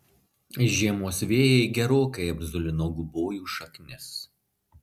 žiemos vėjai gerokai apzulino gubojų šaknis